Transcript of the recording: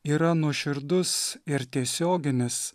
yra nuoširdus ir tiesioginis